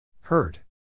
Hurt